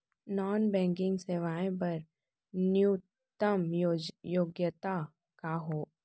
Non banking सेवाएं बर न्यूनतम योग्यता का हावे?